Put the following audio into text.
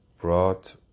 brought